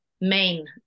main